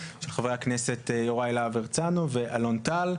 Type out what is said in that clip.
של חברי הכנסת יוראי להב הרצנו ואלון טל.